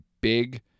big